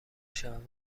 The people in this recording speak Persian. شود